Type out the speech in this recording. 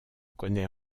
connaît